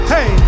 Hey